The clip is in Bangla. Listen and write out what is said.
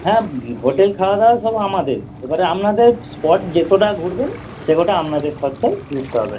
হ্যাঁ হোটেল খাওয়া দাওয়া সব আমাদের এবারে আপনাদের স্পট যে কটা ঘুরবেন সে কটা আপনাদের খরচায় ঘুরতে হবে